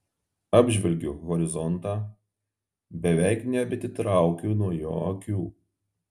apžvelgiu horizontą beveik nebeatitraukiu nuo jo akių